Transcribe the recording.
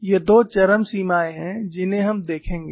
ये दो चरम सीमाएं हैं जिन्हें हम देखेंगे